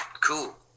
cool